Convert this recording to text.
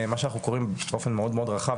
מה שאנחנו קוראים באופן מאוד מאוד רחב,